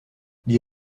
die